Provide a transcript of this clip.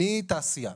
אני תעשיין,